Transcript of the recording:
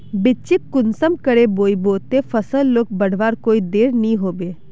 बिच्चिक कुंसम करे बोई बो ते फसल लोक बढ़वार कोई देर नी होबे?